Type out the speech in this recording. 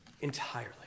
entirely